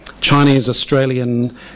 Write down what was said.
Chinese-Australian